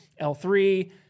L3